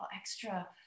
extra